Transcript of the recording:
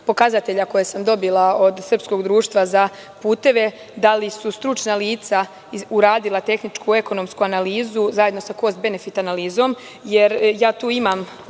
koje sam dobila od Srpskog društva za puteve – da li su stručna lica uradila tehničku, ekonomsku analizu zajedno sa kost benefit analizom? Jer, tu imam,